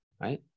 right